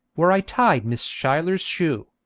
where i tied miss schuyler's shoe.